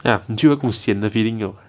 ya 你听了有个 sian 的 feeling liao